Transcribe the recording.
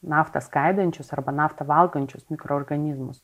naftą skaidančius arba naftą valgančius mikroorganizmus